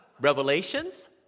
revelations